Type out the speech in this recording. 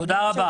תודה רבה.